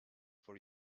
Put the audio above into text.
for